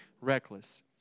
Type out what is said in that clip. reckless